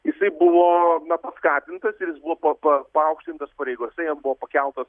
jisai buvo na paskatintas ir jis buvo paaukštintas pareigose jam buvo pakeltas